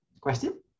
question